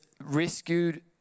rescued